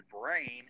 brain